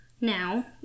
now